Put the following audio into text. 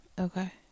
Okay